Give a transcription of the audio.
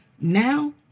Now